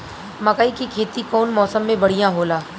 मकई के खेती कउन मौसम में बढ़िया होला?